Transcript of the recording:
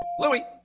louis?